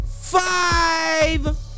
five